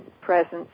presence